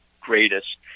greatest